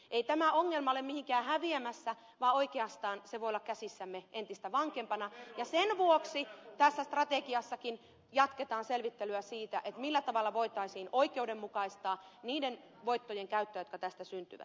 ei tämä ongelma ole mihinkään häviämässä vaan oikeastaan se voi olla käsissämme entistä vankempana sen vuoksi tässä strategiassakin jatketaan selvittelyä siitä millä tavalla voitaisiin oikeudenmukaistaa niiden voittojen käyttöä jotka tästä syntyvät